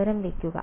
പകരം വയ്ക്കുക